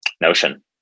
Notion